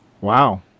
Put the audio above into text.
Wow